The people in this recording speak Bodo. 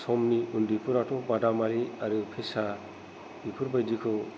समनि उन्दैफोराथ' बादालि आरो फेसा बेफोरबायदिखौ